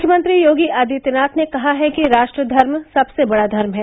मुख्यमंत्री योगी आदित्यनाथ ने कहा है कि राष्ट्रधर्म सबसे बड़ा धर्म है